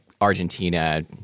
Argentina